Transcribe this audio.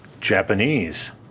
japanese